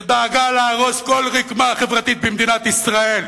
שדאגה להרוס כל רקמה חברתית במדינת ישראל.